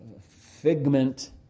figment